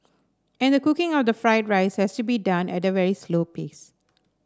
and the cooking of the fried rice has to be done at a very slow pace